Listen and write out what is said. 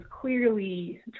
clearly